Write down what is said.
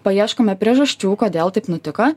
paieškome priežasčių kodėl taip nutiko